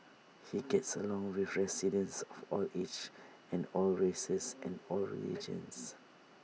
he gets along with residents of all ages and all races and all religions